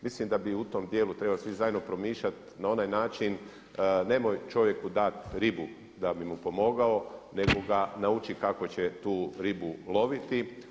Mislim da bi u tom djelu trebali svi zajedno promišljat na onaj način nemoj čovjeku dat ribu da bi mu pomogao, nego ga nauči kako će tu ribu loviti.